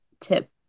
tip